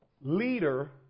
leader